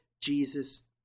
Jesus